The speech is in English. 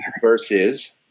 versus –